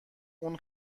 اون